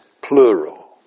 plural